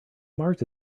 mars